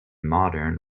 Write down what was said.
modern